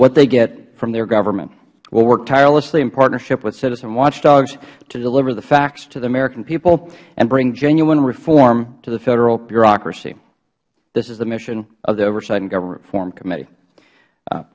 what they get from their government we will work tirelessly in partnership with citizen watchdogs to deliver the facts to the american people and bring genuine reform to the federal bureaucracy this is the mission of the oversight and government reform committee